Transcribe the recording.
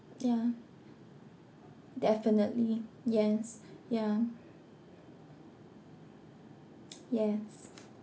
yeah definitely yes yeah yes